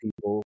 people